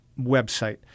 website